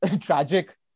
tragic